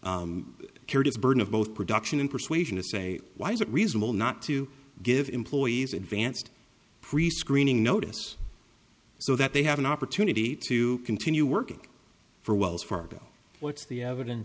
reasonable curative burden of both production and persuasion to say why is it reasonable not to give employees advanced prescreening notice so that they have an opportunity to continue working for wells fargo what's the evidence